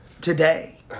today